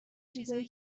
چیزایی